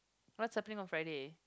let's help him on Friday